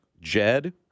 Jed